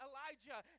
Elijah